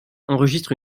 enregistrent